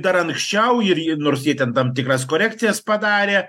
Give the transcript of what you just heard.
dar anksčiau ir į nors jie tam tikras korekcijas padarė